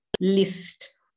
list